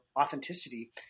authenticity